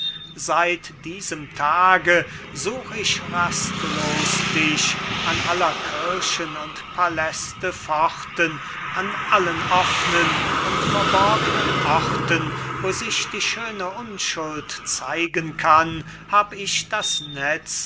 seit diesem tage such ich rastlos dich an aller kirchen und paläste pforten an allen offnen und verborgnen orten wo sich die schöne unschuld zeigen kann hab ich das netz